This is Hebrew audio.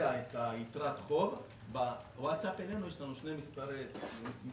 ביצע את יתרת חוב בוואטס-אפ אלינו יש לנו שני מספרי טלפון,